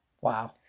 Wow